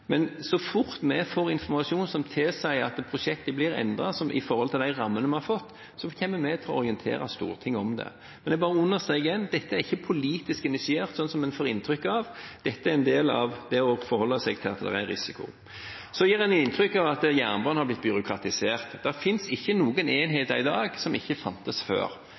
Men så fort vi får informasjon som tilsier at prosjektet blir endret i forhold til de rammene vi har fått, kommer vi til å orientere Stortinget om det. Det er bare å understreke igjen: Dette er ikke politisk initiert, slik en får inntrykk av; dette er en del av det å forholde seg til at det er risiko. Så gir en inntrykk av at jernbanen har blitt byråkratisert. Det finnes ikke noen enheter i dag som ikke fantes før.